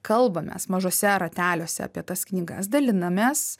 kalbamės mažuose rateliuose apie tas knygas dalinamės